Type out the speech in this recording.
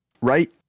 right